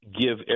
give